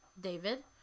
David